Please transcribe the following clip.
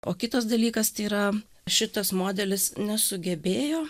o kitas dalykas tai yra šitas modelis nesugebėjo